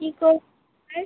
কী করে স্যার